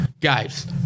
guys